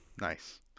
Nice